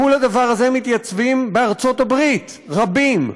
מול הדבר הזה מתייצבים בארצות הברית רבים,